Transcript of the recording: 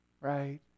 Right